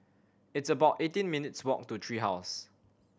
it's about eighteen minutes' walk to Tree House